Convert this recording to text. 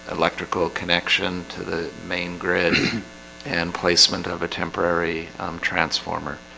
electrical connection to the main grid and placement of a temporary transformer,